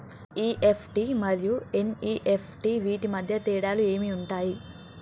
EFT మరియు NEFT వీటి మధ్య తేడాలు ఏమి ఉంటాయి?